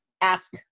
ask